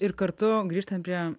ir kartu grįžtant prie